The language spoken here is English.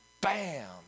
bam